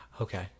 okay